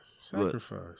sacrifice